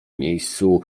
miejscu